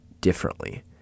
differently